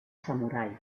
samurai